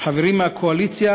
חברים מהקואליציה